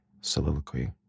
soliloquy